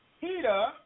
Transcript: Peter